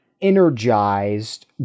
energized